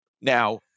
Now